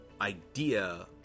idea